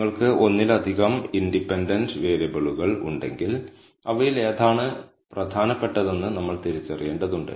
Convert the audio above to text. നിങ്ങൾക്ക് ഒന്നിലധികം ഇൻഡിപെൻഡന്റ് വേരിയബിളുകൾ ഉണ്ടെങ്കിൽ അവയിൽ ഏതാണ് പ്രധാനപ്പെട്ടതെന്ന് നമ്മൾ തിരിച്ചറിയേണ്ടതുണ്ട്